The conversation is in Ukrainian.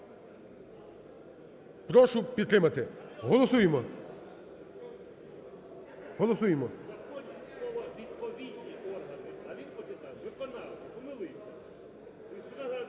Прошу підтримати. Голосуємо, голосуємо.